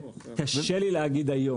קשה לי להגיד היום.